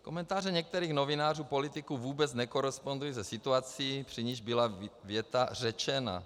Komentáře některých novinářů, politiků vůbec nekorespondují se situací, při níž byla věta řečena.